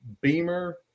Beamer